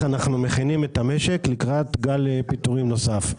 אנחנו מכינים את המשק לקראת גל פיטורים נוסף.